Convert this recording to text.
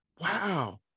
wow